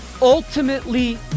Ultimately